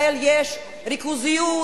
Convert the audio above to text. הם צריכים דיור,